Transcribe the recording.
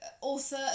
author